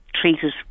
treated